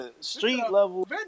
street-level